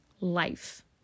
life